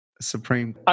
Supreme